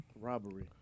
Robbery